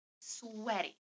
sweaty